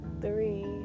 three